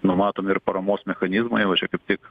numatomi ir paramos mechanizmai va čia kaip tik